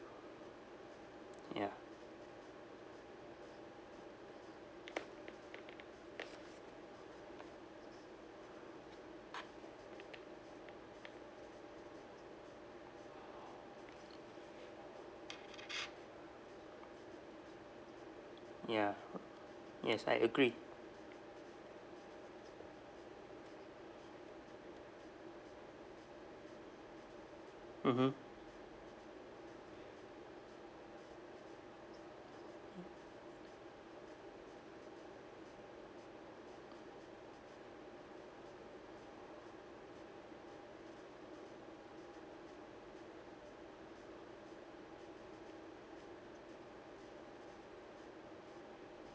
ya ya yes I agree mmhmm